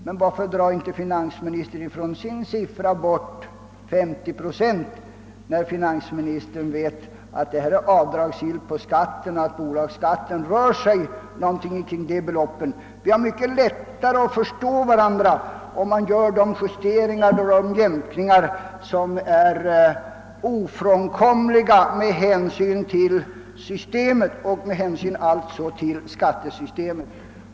Men varför drar inte finansministern från sin siffra bort 50 procent, när finansministern vet att detta är avdragsgillt vid deklarationen och att bolagsskatten rör sig kring dessa belopp? Vi har mycket lättare att förstå varandra, om man gör de justeringar och jämkningar som är ofrånkomliga med hänsyn till skattesystemet.